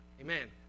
Amen